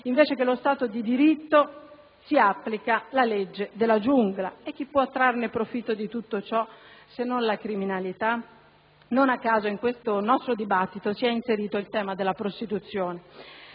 invece dello Stato di diritto si applica la legge della giungla; e chi può trarre profitto da tutto ciò se non la criminalità? Non a caso in questo nostro dibattito si è inserito il tema della prostituzione.